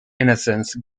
innocence